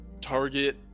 target